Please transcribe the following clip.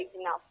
enough